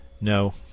No